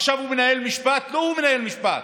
עכשיו הוא מנהל משפט, לא הוא מנהל משפט,